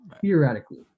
theoretically